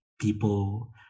people